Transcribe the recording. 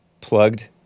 plugged